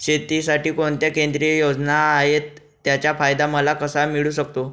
शेतीसाठी कोणत्या केंद्रिय योजना आहेत, त्याचा फायदा मला कसा मिळू शकतो?